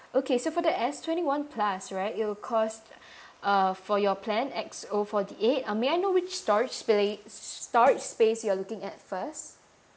okay so for the S twenty one plus right it will cost uh for your plan X_O forty eight um may I know which storage spa~ storage space you're looking at first